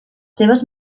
seves